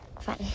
fun